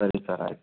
ಸರಿ ಸರ್ ಆಯಿತು